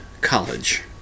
college